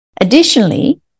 Additionally